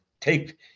take